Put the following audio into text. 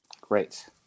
Great